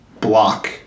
block